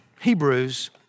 Hebrews